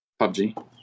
PUBG